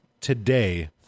today